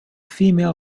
female